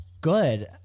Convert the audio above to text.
good